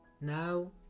now